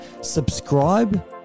subscribe